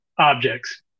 objects